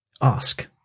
ask